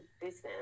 business